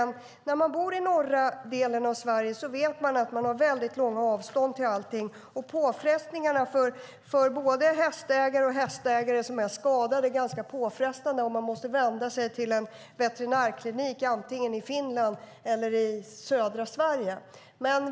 När man bor i norra delen av Sverige vet man att man har långa avstånd till allting, och påfrestningarna för hästägare och hästar som är skadade är ganska stora om de måste vända sig till en veterinärklinik antingen i Finland eller i södra Sverige.